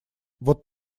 вот